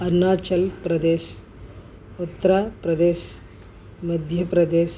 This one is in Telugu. అరుణాచల్ ప్రదేశ్ ఉత్తర ప్రదేశ్ మధ్యప్రదేశ్